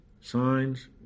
Signs